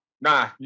Nah